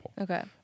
Okay